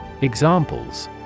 Examples